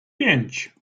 pięć